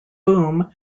boom